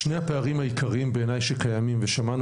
שני הפערים העיקריים שקיימים בעיניי ושמענו